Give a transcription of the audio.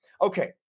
Okay